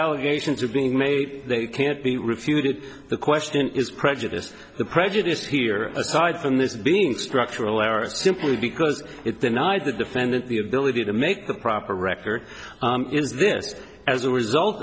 allegations of being made that can't be refuted the question is prejudice the prejudice here aside from this being structural errors simply because it denied the defendant the ability to make the proper record in this as a result